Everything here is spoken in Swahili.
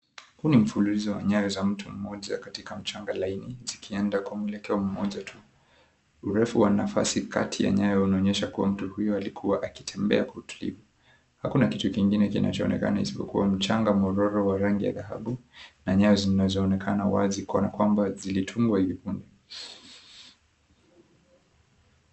Huu ni mfululizo wa nyayo za mtu mmoja katika mchanga laini, zikienda kwa mwelekeo moja tu. Urefu wa nafasi kati ya nyayo unaonyesha kuwa mtu huyo alikuwa akitembea kwa utulivu. Hakuna kitu kingine kinachoonekana isipokuwa mchanga mwororo wa rangi ya dhahabu na nyayo zinazoonekana wazi kuwa ni kwamba zilitungwa hivi punde.